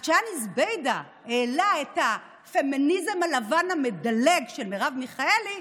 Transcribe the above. אז כשהני זובידה העלה את הפמיניזם הלבן המדלג של מרב מיכאלי,